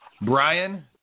Brian